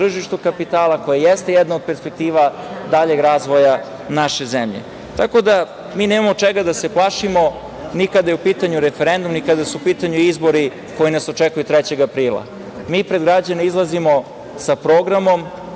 tržištu kapitala koje jeste jedno od perspektiva daljeg razvoja naše zemlje. Mi nemamo čega da se plašimo, ni kada je u pitanju referendum, ni kada su u pitanju izbori koji nas očekuju 3. aprila. Mi pred građane izlazimo sa programom,